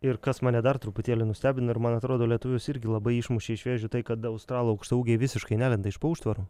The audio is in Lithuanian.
ir kas mane dar truputėlį nustebino ir man atrodo lietuvius irgi labai išmušė iš vėžių tai kad australų aukštaūgiai visiškai nelenda iš po užtvarų